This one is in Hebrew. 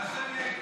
שה' יהיה איתך.